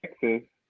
Texas